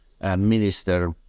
minister